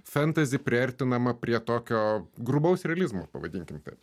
fentezi priartinama prie tokio grubaus realizmo pavadinkim taip